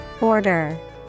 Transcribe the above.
Order